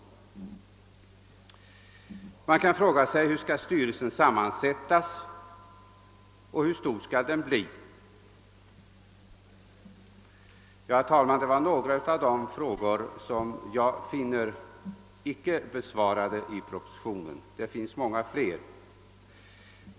Man kan också fråga sig hur styrelsen för rationaliseringsinstitutet skall sammansättas och hur stor den skall bli. Herr talman! Detta var några av de frågor som jag finner icke vara besvarade i propositionen. Det finns många fler.